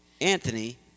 Anthony